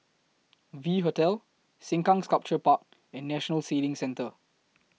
V Hotel Sengkang Sculpture Park and National Sailing Centre